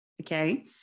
okay